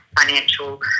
financial